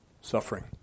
suffering